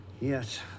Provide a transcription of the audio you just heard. Yes